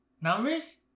numbers